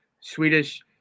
Swedish